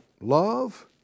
love